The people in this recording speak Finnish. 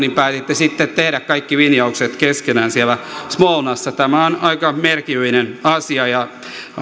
päätitte sitten tehdä kaikki linjaukset keskenään siellä smolnassa tämä on aika merkillinen asia ja